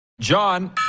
John